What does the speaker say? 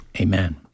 Amen